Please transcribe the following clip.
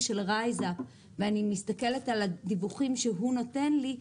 באפליקציה של רייזאפ ואני מסתכלת על הדיווחים שהוא נותן לי,